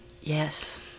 Yes